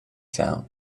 sound